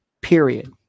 Period